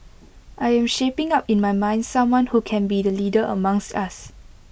I am shaping up in my mind someone who can be the leader amongst us